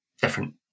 different